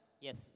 Yes